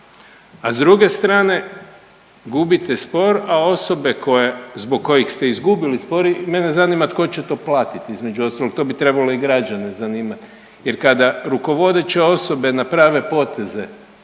A s druge strane gubite spor, a osobe zbog kojih ste izgubili spor mene zanima tko će to platiti. Između ostalog to bi trebalo i građane zanimati, jer kada rukovodeće osobe naprave poteze